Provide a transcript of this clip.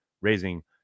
raising